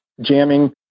jamming